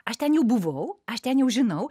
aš ten jau buvau aš ten jau žinau